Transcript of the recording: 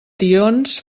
tions